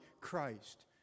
Christ